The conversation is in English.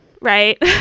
right